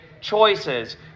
choices